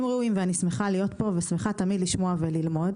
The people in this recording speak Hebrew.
ראויים ואני שמחה להיות פה ושמחה לשמוע וללמוד.